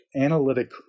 analytic